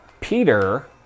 Peter